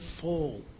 fall